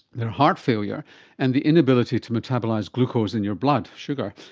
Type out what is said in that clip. heart failure and the inability to metabolise glucose in your blood, sugar.